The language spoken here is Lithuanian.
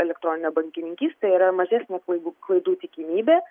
elektroninė bankininkystė yra mažesnė klaidų klaidų tikimybė